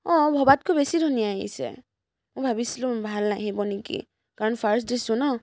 অ' ভাবতকৈ বেছি ধুনীয়া আহিছে মই ভাবিছিলো ভাল নাহিব নেকি কাৰণ ফাৰ্ষ্ট দিছো ন